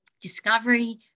discovery